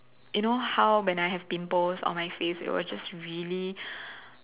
you know how when I have pimples on my face they were just really